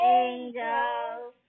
angels